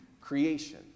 creation